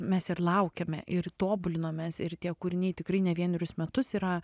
mes ir laukėme ir tobulinomės ir tie kūriniai tikrai ne vienerius metus yra